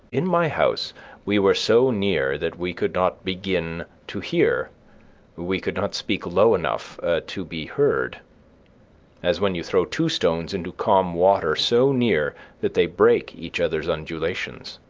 in my house we were so near that we could not begin to hear we could not speak low enough to be heard as when you throw two stones into calm water so near that they break each other's undulations.